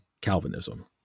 Calvinism